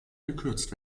gekürzt